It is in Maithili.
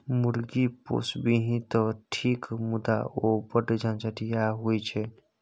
मुर्गी पोसभी तँ ठीक मुदा ओ बढ़ झंझटिया होए छै